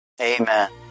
Amen